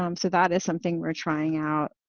um so that is something we're trying out.